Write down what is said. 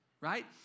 right